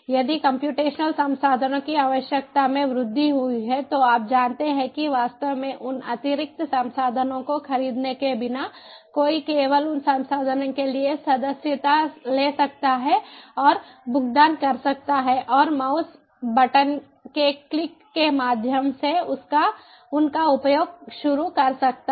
यदि कम्प्यूटेशनल संसाधनों की आवश्यकता में वृद्धि हुई है तो आप जानते हैं के वास्तव में उन अतिरिक्त संसाधनों को खरीदने के बिना कोई केवल उन संसाधनों के लिए सदस्यता ले सकता है और भुगतान कर सकता है और माउस बटन के क्लिक के माध्यम से उनका उपयोग शुरू कर सकता है